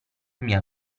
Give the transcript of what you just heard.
mia